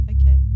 Okay